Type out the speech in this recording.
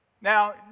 Now